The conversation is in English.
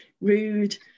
rude